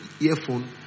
earphone